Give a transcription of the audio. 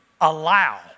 allow